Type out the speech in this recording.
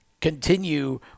continue